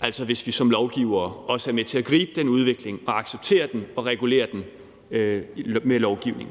altså hvis vi som lovgivere også er med til at gribe den udvikling, accepterer den og regulerer den med lovgivning.